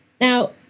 Now